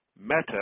Meta